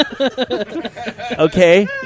Okay